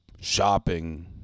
shopping